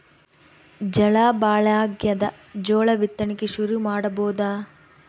ಝಳಾ ಭಾಳಾಗ್ಯಾದ, ಜೋಳ ಬಿತ್ತಣಿಕಿ ಶುರು ಮಾಡಬೋದ?